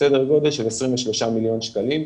סדר גודל של 23 מיליון שקלים,